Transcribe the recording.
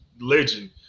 legend